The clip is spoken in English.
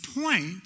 point